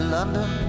London